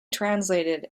translated